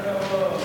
נתקבל.